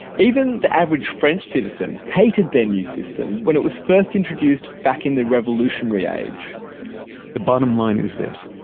even the average french citizen hated their new system when it was first introduced back in the revolutionary age the bottom line is this,